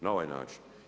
Na ovaj način.